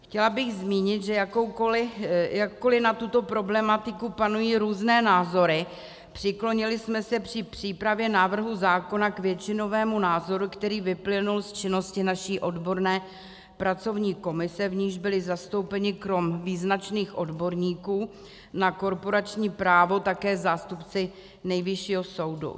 Chtěla bych zmínit, že jakkoli na tuto problematiku panují různé názory, přiklonili jsme se při přípravě návrhu zákona k většinovému názoru, který vyplynul z činnosti naší odborné pracovní komise, v níž byli zastoupeni krom význačných odborníků na korporační právo také zástupci Nejvyššího soudu.